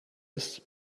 ist